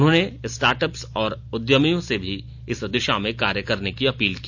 उन्होंने स्टार्टअप्स और उद्यमियों से भी इस दिशा में कार्य करने की अपील की